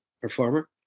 performer